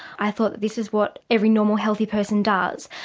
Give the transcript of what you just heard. i thought this is what every normal healthy person does.